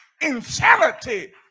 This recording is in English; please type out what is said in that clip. insanity